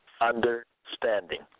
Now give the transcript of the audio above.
understanding